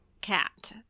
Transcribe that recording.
cat